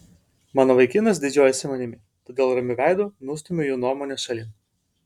mano vaikinas didžiuojasi manimi todėl ramiu veidu nustumiu jų nuomonę šalin